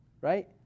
Right